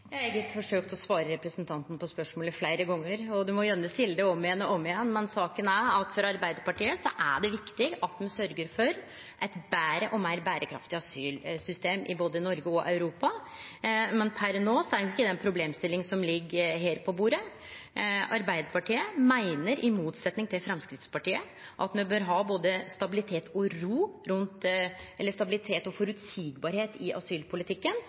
Ja, eg har forsøkt å svare representanten på spørsmålet fleire gonger. Han må gjerne stille det om igjen og om igjen, men saken er at for Arbeidarpartiet er det viktig at ein syrgjer for eit betre og meir berekraftig asylsystem i både Noreg og Europa. Men per no er ikkje det ei problemstilling som ligg på bordet. Arbeidarpartiet meiner i motsetning til Framstegspartiet at me bør ha både stabilitet og